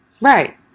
right